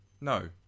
No